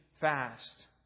fast